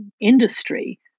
industry